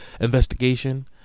investigation